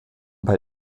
bei